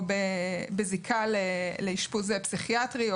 או בזיקה לאשפוז פסיכיאטרי,